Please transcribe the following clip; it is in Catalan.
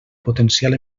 potencial